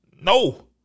No